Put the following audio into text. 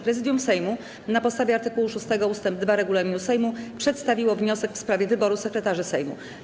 Prezydium Sejmu na podstawie art. 6 ust. 2 regulaminu Sejmu przedstawiło wniosek w sprawie wyboru sekretarzy Sejmu.